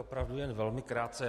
Opravdu velmi krátce.